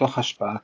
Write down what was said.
תוך השפעה צידית.